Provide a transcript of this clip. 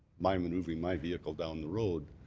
my maneuvering my vehicle down the road,